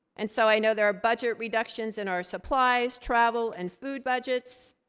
and so i know there are budget reductions in our supplies, travel and food budgets.